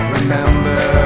Remember